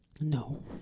no